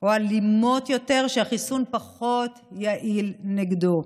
או אלימות יתר שהחיסון פחות יעיל נגדו.